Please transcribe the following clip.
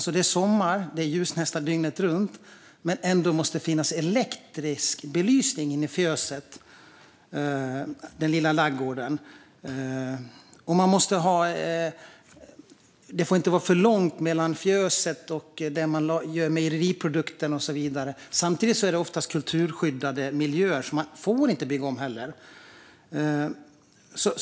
På sommaren är det ljust nästan dygnet runt, men ändå måste det finnas elektrisk belysning inne i fjöset, den lilla ladugården. Det får inte heller vara för långt mellan fjöset och platsen där man tillverkar mejeriprodukterna och så vidare. Samtidigt är det oftast kulturskyddade miljöer, så man får inte bygga om heller.